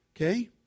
Okay